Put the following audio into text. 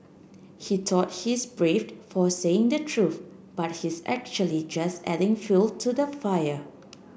he thought he's braved for saying the truth but he's actually just adding fuel to the fire